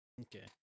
Okay